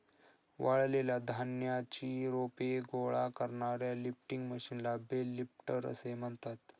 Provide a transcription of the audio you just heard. वाळलेल्या धान्याची रोपे गोळा करणाऱ्या लिफ्टिंग मशीनला बेल लिफ्टर असे म्हणतात